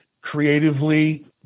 creatively